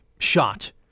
shot